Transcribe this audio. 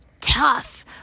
tough